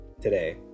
today